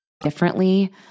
Differently